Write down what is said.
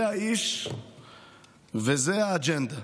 זה האיש וזו האג'נדה.